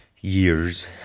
years